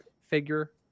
figure